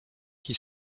qui